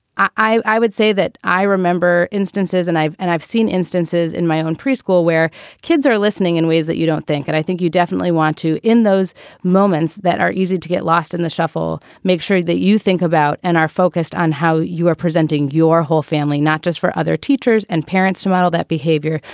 i i would say that i remember instances and i've i've seen instances in my own preschool where kids are listening in ways that you don't think. and i think you definitely want to in those moments that are easy to get lost in the shuffle, make sure that you think about and are focused on how you are presenting your whole family, not just for other teachers and parents to model that behavior,